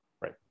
Right